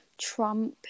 Trump